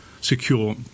secure